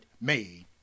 made